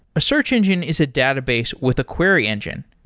a search engine is a database with a query engine,